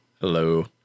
Hello